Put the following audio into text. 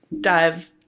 dive